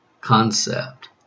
concept